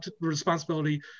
responsibility